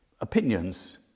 opinions